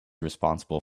responsible